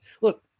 Look